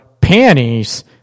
panties